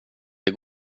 det